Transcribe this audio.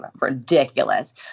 ridiculous